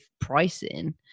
pricing